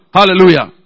Hallelujah